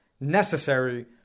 necessary